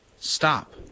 Stop